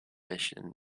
mission